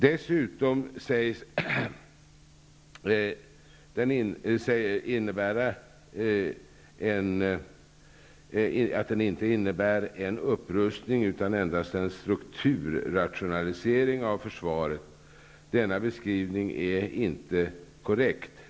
Dessutom sägs ökningen inte innebära en upprustning utan endast en strukturrationalisering av försvaret. Denna beskrivning är inte korrekt.